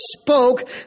spoke